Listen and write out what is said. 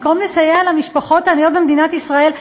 במקום לסייע למשפחות העניות במדינת ישראל,